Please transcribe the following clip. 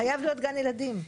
חייב להיות גן ילדים.